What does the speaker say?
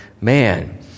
man